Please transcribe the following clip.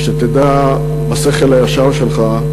ושתדע, בשכל הישר שלך,